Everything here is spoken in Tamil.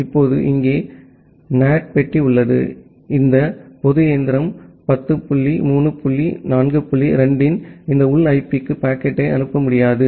இப்போது இங்கே இங்கே NAT பெட்டி உள்ளது இந்த பொது இயந்திரம் 10 dot 3 dot some 4 dot 2 இன் இந்த உள் ஐபிக்கு பாக்கெட்டை அனுப்ப முடியாது